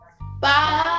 bye